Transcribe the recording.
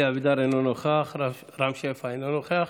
אלי אבידר, אינו נוכח, רם שפע, אינו נוכח.